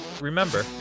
Remember